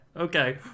okay